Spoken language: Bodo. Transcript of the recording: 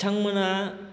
बिथांमोनहा